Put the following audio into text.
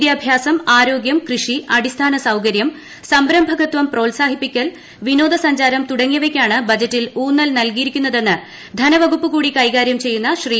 വിദ്യാഭ്യാസം ആരോഗ്യം കൃഷി അടിസ്ഥാന സൌകര്യം സംരംഭകത്വം പ്രോത്സാഹിപ്പിക്കൽ വിനോദസഞ്ചാരം തുടങ്ങിയവയ്ക്കാണ് ബജറ്റിൽ ഊന്നൽ നൽകിയിരിക്കുന്നതെന്ന് ധനവകുപ്പ് കൂടി കൈകാര്യം ചെയ്യുന്ന ശ്രീ